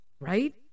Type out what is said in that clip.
right